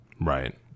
Right